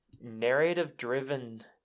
narrative-driven